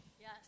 Yes